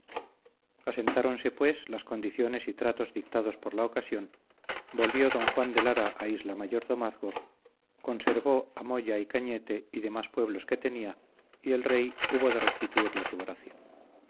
vasallo asentáronse pues las condiciones y tratos dictados por la ocasión volvió don juan de lara a isla mayordomazgo conservó a moya y cañete y demás pueblos que tenía y el rey hubo de restituirle su gracia